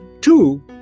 Two